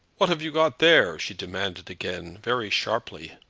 what have you got there? she demanded again, very sharply.